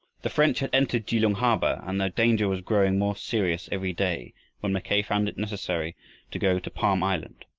the french had entered kelung harbor and the danger was growing more serious every day when mackay found it necessary to go to palm island,